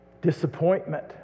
disappointment